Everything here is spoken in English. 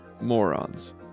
morons